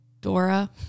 Dora